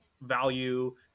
value